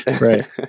right